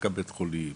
רק בית החולים?